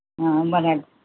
ஆ ரொம்ப நன்றி